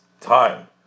time